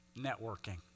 networking